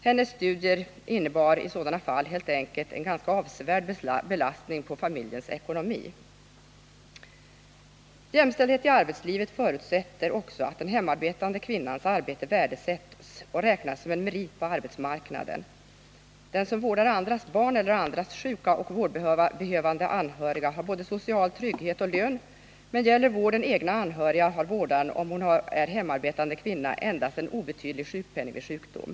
Hennes studier innebar i sådana fall helt enkelt en ganska avsevärd belastning på familjens ekonomi. Jämställdhet i arbetslivet förutsätter också att den hemarbetande kvinnans arbete värdesätts och räknas som en merit på arbetsmarknaden. Den som vårdar andras barn eller andras sjuka och vårdbehövande anhöriga har både social trygghet och lön, men gäller vården egna anhöriga har vårdaren, om hon är en hemarbetande kvinna, endast en obetydlig sjukpenning vid egen sjukdom.